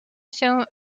się